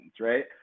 right